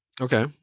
Okay